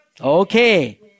Okay